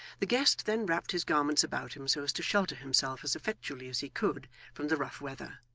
the guest then wrapped his garments about him so as to shelter himself as effectually as he could from the rough weather,